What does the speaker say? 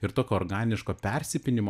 ir tokio organiško persipinimo